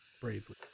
bravely